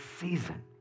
season